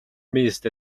missed